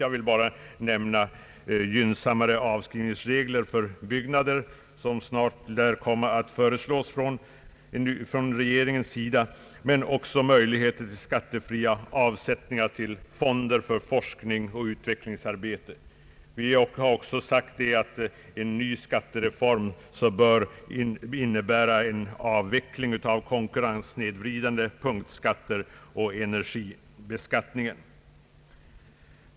Jag vill bara nämna gynnsammare <avskrivningsregler för byggnader men också möjligheter till skattefria avsättningar till fonder för forskning och utvecklingsarbete. Vi har också sagt att en ny skattereform bör innebära en avveckling av konkurrenssnedvridande punktskatter och energibeskattningen.